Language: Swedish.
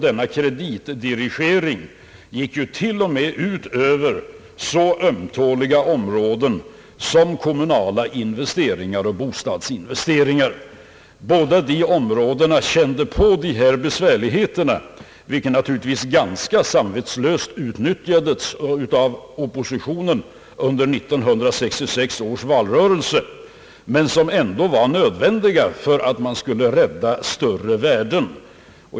Denna kreditdirigering gick till och med ut över så ömtåliga områden som kommunala investeringar och bostadsinvesteringar — båda de områdena fick känna på dessa besvärligheter, något som naturligtvis ganska samvetslöst utnyttjades av oppositionen under 1966 års valrörelse men som ändå var nödvändigt för att man skulle rädda större värden.